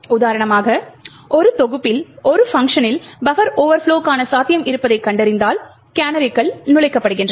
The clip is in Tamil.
உதாரணமாக ஒரு தொகுப்பில் ஒரு பங்க்ஷனில் பஃபர் ஓவர்ப்லொக்கான சாத்தியம் இருப்பதைக் கண்டறிந்தால் கேனரிகள் நுழைக்கப்படுகின்றன